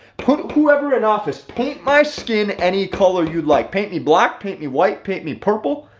put whoever in office paint my skin any color you'd like paint me black, paint me white, paint me purple,